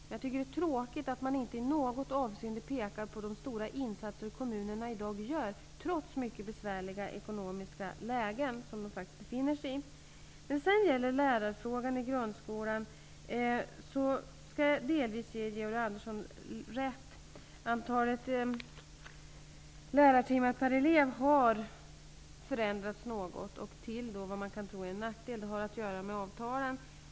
Men jag tycker att det är tråkigt att man inte i något avseende pekar på de stora insatser som kommunerna i dag gör trots det mycket besvärliga ekonomiska läge som de befinner sig i. När det gäller lärarfrågan i grundskolan skall jag delvis ge Georg Andersson rätt. Antalet lärartimmar per elev har förändrats något och till det som man kan tro är en nackdel, vilket har att göra med avtalen.